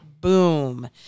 Boom